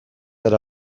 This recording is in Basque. era